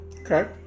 Okay